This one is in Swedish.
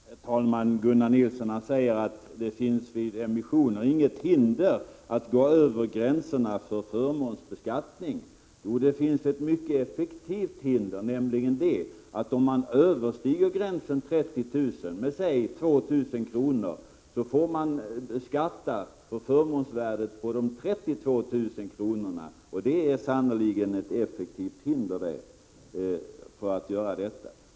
Herr talman! Gunnar Nilsson säger att det finns vid emissioner inget hinder att gå över gränsen för förmånsbeskattning. Jo, det finns ett mycket effektivt hinder: om man överskrider gränsen 30 000 kr. med säg 2 000 kr., får man skatta för förmånsvärdet på de 32 000 kr. Det är sannerligen ett effektivt hinder.